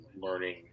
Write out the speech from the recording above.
learning